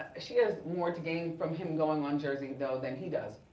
ah she has more to gain from him going on jersey though than he does,